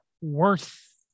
worth